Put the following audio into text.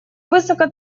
высоко